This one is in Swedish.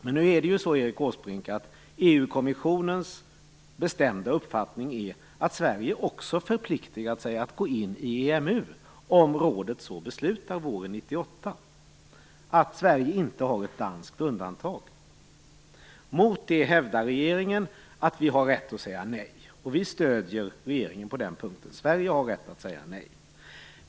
Men nu är det så, Erik Åsbrink, att EU kommissionens bestämda uppfattning är att Sverige också förpliktat sig att gå in i EMU om rådet så beslutar våren 1998, att Sverige inte har ett danskt undantag. Mot det hävdar regeringen att vi har rätt att säga nej, och vi stöder regeringen på den punkten. Sverige har rätt att säga nej.